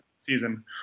season